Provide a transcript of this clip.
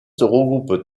regroupe